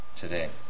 today